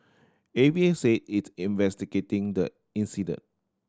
A V A said it's investigating the incident